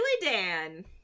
Dan